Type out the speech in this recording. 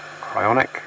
Cryonic